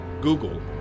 Google